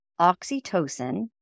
oxytocin